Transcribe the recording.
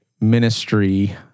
ministry